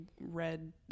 red